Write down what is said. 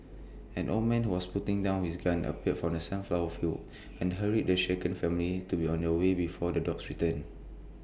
an old man who was putting down his gun appeared from the sunflower fields and hurried the shaken family to be on their way before the dogs return